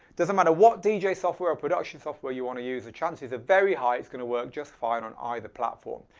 doesn't matter what dj software or production software you want to use, the chances are very high it's going to work just fine on either platform.